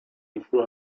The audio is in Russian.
еще